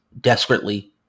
desperately